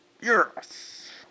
Yes